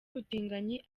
ubutinganyi